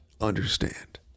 understand